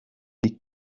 die